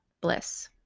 bliss